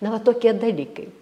na va tokie dalykai